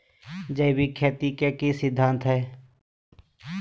जैविक खेती के की सिद्धांत हैय?